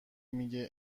میگه